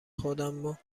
خودمو